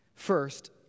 First